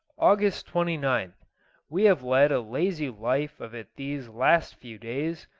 august twenty ninth we have led a lazy life of it these last few days.